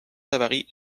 savary